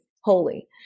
holy